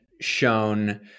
shown